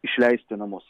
išleist į namus